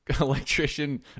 electrician